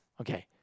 Okay